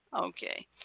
Okay